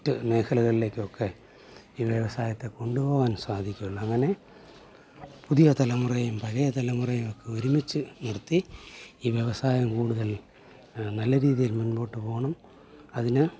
മേഖലകളിലേക്കൊക്കെ ഈ വ്യവസായത്തെ കൊണ്ടുപോവാൻ സാധിക്കുകയുള്ളൂ അങ്ങനെ പുതിയ തലമുറയും പഴയ തലമുറയും ഒക്കെ ഒരുമിച്ചു നടത്തി ഈ വ്യവസായം കൂടുതൽ നല്ല രീതിയിൽ മമ്പോട്ട് പോകണം അതിന്